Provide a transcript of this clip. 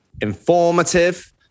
informative